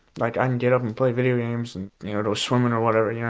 like and and play video games and go swimming or whatever, yeah